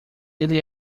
ele